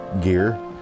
gear